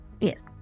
Yes